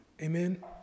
Amen